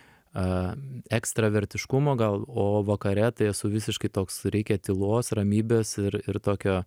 a ekstravertiškumo gal o vakare tai esu visiškai toks reikia tylos ramybės ir ir tokio